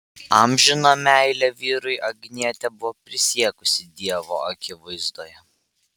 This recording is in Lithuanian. amžiną meilę vyrui agnietė buvo prisiekusi dievo akivaizdoje